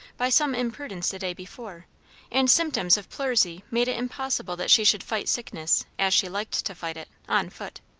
by some imprudence the day before and symptoms of pleurisy made it impossible that she should fight sickness as she liked to fight it, on foot.